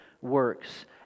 works